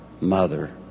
Mother